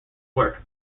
work